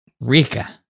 Rika